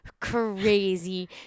crazy